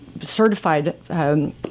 certified